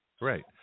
Right